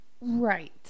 Right